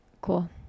Cool